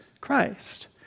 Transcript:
Christ